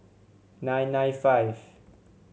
nine nine five